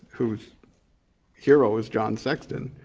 whose hero is john sexton,